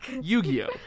Yu-Gi-Oh